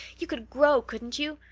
you could grow, couldn't you?